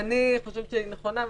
אני חושבת שההצעה שלך נכונה.